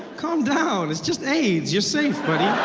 calm down. it's just aids, you're safe buddy.